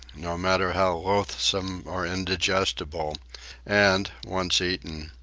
no matter how loathsome or indigestible and, once eaten,